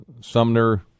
Sumner